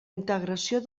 integració